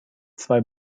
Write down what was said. zwei